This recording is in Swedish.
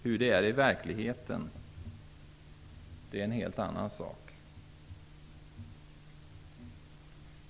Hur det är i verkligheten är en helt annan sak.